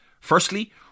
Firstly